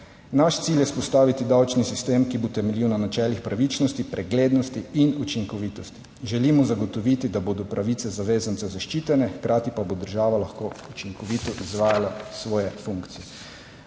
Naš cilj je vzpostaviti davčni sistem, ki bo temeljil na načelih pravičnosti, preglednosti in učinkovitosti. Želimo zagotoviti, da bodo pravice zavezanca zaščitene, hkrati pa bo država lahko učinkovito izvajala svoje funkcije.